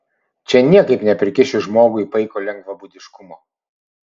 čia niekaip neprikiši žmogui paiko lengvabūdiškumo